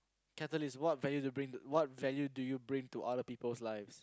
catalyst what value to bring what value do you bring to other peoples' lives